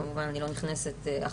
אני כמובן לא נכנסת לסיבות,